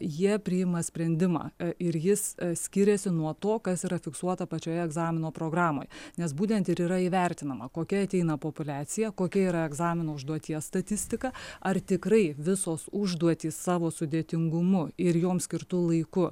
jie priima sprendimą ir jis skiriasi nuo to kas yra fiksuota pačioje egzamino programoje nes būtent ir yra įvertinama kokia ateina populiacija kokia yra egzamino užduoties statistika ar tikrai visos užduotys savo sudėtingumu ir joms skirtu laiku